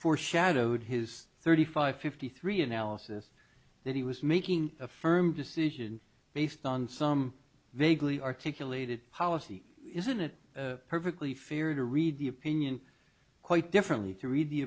foreshadowed his thirty five fifty three analysis that he was making a firm decision based on some vaguely articulated policy isn't it perfectly fair to read the opinion quite differently to read the